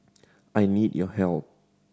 I need your help